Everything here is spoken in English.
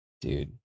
Dude